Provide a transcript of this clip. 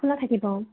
খোলা থাকিব অঁ